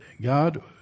God